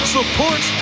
Support